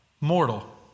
mortal